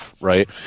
right